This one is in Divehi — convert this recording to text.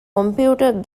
ކޮމްޕިއުޓަރ